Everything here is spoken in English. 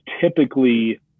typically